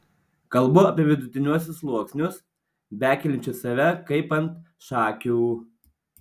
kalbu apie vidutiniuosius sluoksnius bekeliančius save kaip ant šakių